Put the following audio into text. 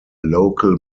local